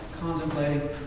contemplating